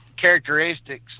characteristics